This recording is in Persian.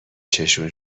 چششون